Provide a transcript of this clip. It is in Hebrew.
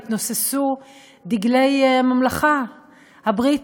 התנוססו דגלי הממלכה הבריטית,